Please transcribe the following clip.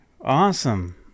awesome